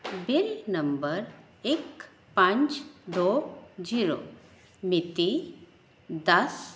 bill number ਇੱਕ ਪੰਜ ਦੋ ਜੀਰੋ ਮਿਤੀ ਦਸ